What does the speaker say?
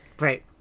right